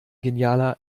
genialer